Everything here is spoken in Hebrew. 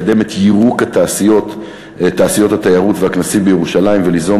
לקדם את יירוק תעשיות התיירות והכנסים בירושלים וליזום